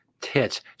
tits